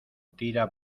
tira